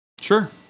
sure